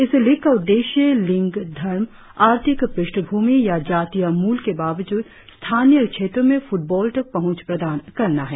इस लीग का उद्देश्य लिंग धर्म आर्थिक पृष्ठभूमि या जातीय मूल के बावजूद स्थानीय क्षेत्रों में फुटबॉल तक पहुँच प्रदान करना है